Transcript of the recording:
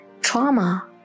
trauma